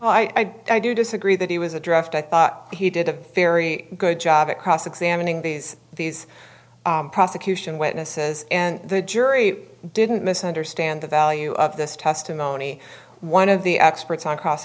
i i do disagree that he was a draft i thought he did a very good job at cross examining these these prosecution witnesses and the jury didn't misunderstand the value of this testimony one of the experts on cross